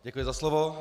Děkuji za slovo.